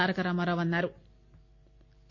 తారకరామారావు అన్నా రు